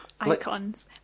icons